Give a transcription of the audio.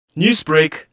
Newsbreak